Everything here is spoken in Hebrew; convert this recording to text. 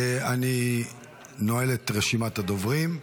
אני נועל את רשימת הדוברים.